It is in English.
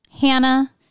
Hannah